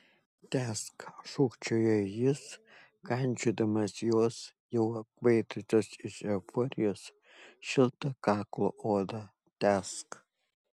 tęsk šūkčiojo jis kandžiodamas jos jau apkvaitusios iš euforijos šiltą kaklo odą tęsk